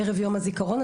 בערב יום הזיכרון,